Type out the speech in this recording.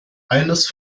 eines